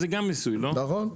נכון.